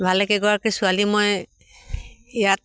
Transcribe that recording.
ভালে কেইগৰাকী ছোৱালী মই ইয়াত